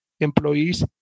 employees